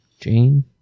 Jane